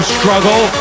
struggle